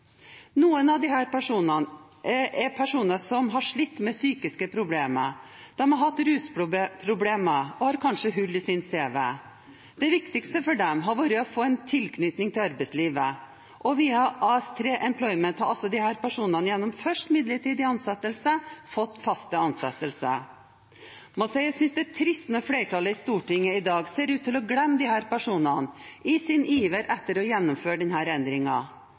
Noen av disse er personer som har slitt med psykiske problemer. De kan ha hatt rusproblemer og har kanskje hull i cv-en. Det viktigste for dem har vært å få en tilknytning til arbeidslivet igjen, og via AS3 Employment har de gjennom først å få midlertidig ansettelse fått fast ansettelse. Jeg må si jeg synes det er trist når flertallet i Stortinget i dag ser ut til å glemme disse personene i sin iver etter å gjennomføre